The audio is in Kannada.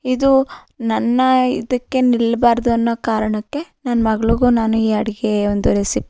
ಇದು ನನ್ನ ಇದಕ್ಕೆ ನಿಲ್ಲಬಾರ್ದು ಅನ್ನೋ ಕಾರಣಕ್ಕೆ ನನ್ನ ಮಗ್ಳಿಗೂ ನಾನು ಈ ಅಡುಗೆ ಒಂದು ರಿಸಿಪ್